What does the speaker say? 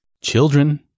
Children